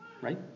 Right